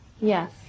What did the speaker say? Yes